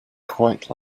quite